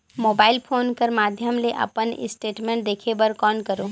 Mobile phone कर माध्यम ले अपन स्टेटमेंट देखे बर कौन करों?